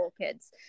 kids